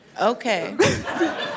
Okay